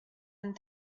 and